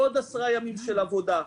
עוד עשרה ימים של עבודה,